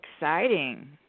exciting